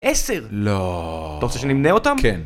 עשר! לא... אתה רוצה שנמנה אותם? כן.